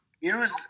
use